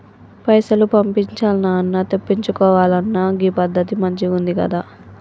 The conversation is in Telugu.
పైసలు పంపించాల్నన్నా, తెప్పిచ్చుకోవాలన్నా గీ పద్దతి మంచిగుందికదా